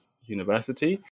university